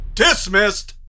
Dismissed